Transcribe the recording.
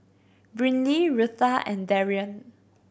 Brynlee Rutha and Darion